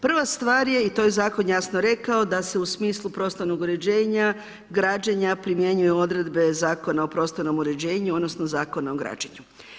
Prva stvar je i to je zakon jasno rekao da se u smislu prostornog uređenja, građenja primjenjuju odredbe Zakon o prostornom uređenju odnosno Zakona o građenju.